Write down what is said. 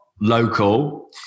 local